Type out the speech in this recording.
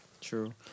True